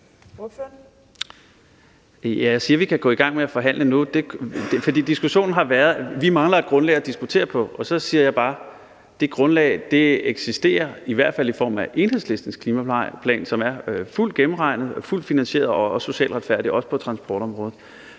Jeg siger, at vi kan gå i gang med at forhandle nu. For diskussion har været, at vi mangler et grundlag at diskutere på, og så siger jeg bare: Det grundlag eksisterer, i hvert fald i form af Enhedslistens klimaplan, som er fuldt gennemregnet, fuldt finansieret og socialt retfærdig, også på transportområdet.